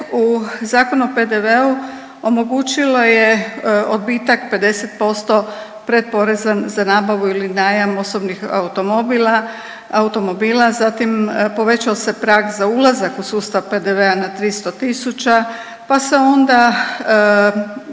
u Zakonu o PDV-u omogućilo je odbitak 50% pretporeza za nabavu ili najam osobnih automobila, zatim povećao se prag za ulazak u sustav PDV-a na 300 000, pa se onda